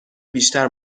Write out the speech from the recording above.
بیشتر